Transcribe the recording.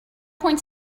points